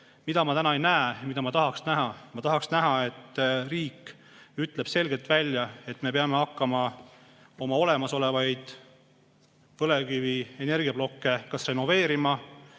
mida ma täna ei näe, aga mida ma tahaks näha? Ma tahaksin näha, et riik ütleb selgelt välja, et me peame hakkama oma olemasolevaid põlevkivienergiaplokke kas renoveerima